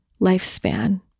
lifespan